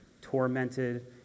tormented